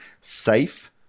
safe